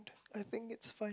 I think it's fine